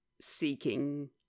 seeking